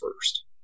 first